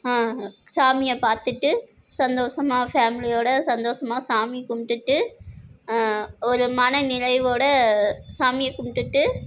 சாமியை பார்த்துட்டு சந்தோஷமா ஃபேமிலியோடு சந்தோஷமா சாமி கும்பிட்டுட்டு ஒரு மன நிறைவோடு சாமியை கும்பிட்டுட்டு